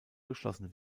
geschlossen